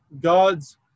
God's